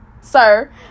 sir